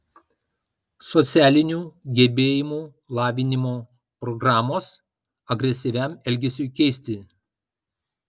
socialinių gebėjimų lavinimo programos agresyviam elgesiui keisti